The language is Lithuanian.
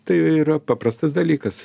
tai yra paprastas dalykas